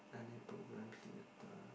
any programs later